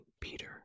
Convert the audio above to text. Peter